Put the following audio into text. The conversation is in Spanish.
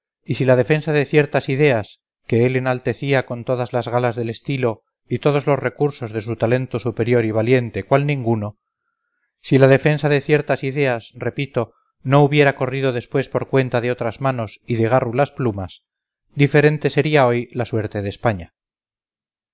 y si la defensa de ciertas ideas que él enaltecía con todas las galas del estilo y todos los recursos de un talento superior y valiente cual ninguno si la defensa de ciertas ideas repito no hubiera corrido después por cuenta de otras manos y de gárrulas plumas diferente sería hoy la suerte de españa